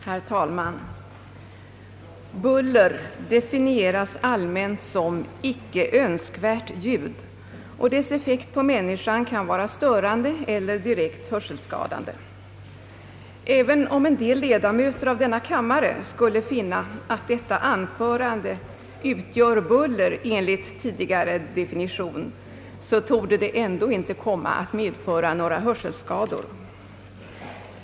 Herr talman! Buller definieras allmänt som icke önskvärt ljud och dess effekt på människan kan vara störande eller direkt hörselskadande. även om en del ledamöter av denna kammare skulle finna att detta anförande utgör buller enligt tidigare definition så torde det ändå inte komma att medföra några hörselskador.